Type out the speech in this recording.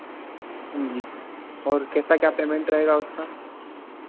जी और कैसा क्या पेमेंट रहेगा उसका